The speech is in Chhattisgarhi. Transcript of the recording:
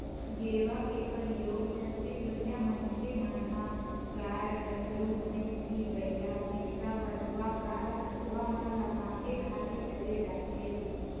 गेरवा के परियोग छत्तीसगढ़िया मनखे मन ह गाय, बछरू, भंइसी, बइला, भइसा, बछवा गाय गरुवा मन ल बांधे खातिर करे जाथे